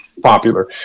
popular